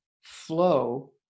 flow